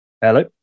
Hello